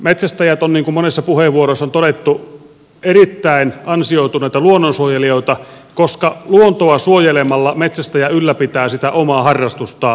metsästäjät ovat niin kuin monessa puheenvuorossa on todettu erittäin ansioituneita luonnonsuojelijoita koska luontoa suojelemalla metsästäjä ylläpitää omaa harrastustaan